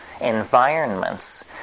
environments